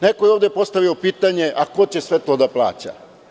Neko je ovde postavio pitanje, a ko će sve to da plaća?